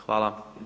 Hvala.